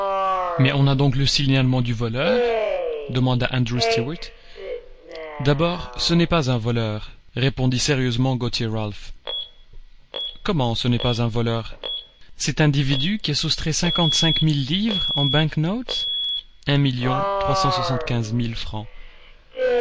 mais on a donc le signalement du voleur demanda andrew stuart d'abord ce n'est pas un voleur répondit sérieusement gauthier ralph comment ce n'est pas un voleur cet individu qui a soustrait cinquante-cinq mille livres en